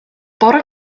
bore